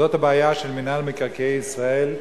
זאת הבעיה של מינהל מקרקעי ישראל,